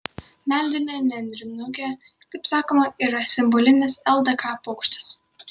meldinė nendrinukė kaip sakoma yra simbolinis ldk paukštis